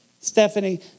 Stephanie